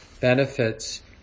benefits